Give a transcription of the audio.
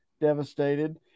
devastated